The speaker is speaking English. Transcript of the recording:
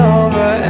over